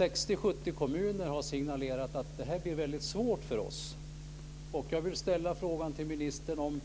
60-70 kommuner har signalerat att det här blir väldigt svårt för dem. Jag vill fråga ministern om